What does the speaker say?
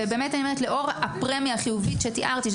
לאור הפרמיה החיובית שתיארתי,